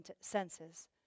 senses